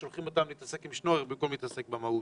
כך ששולחים אותם להתעסק בשנור במקום להתעסק במהות.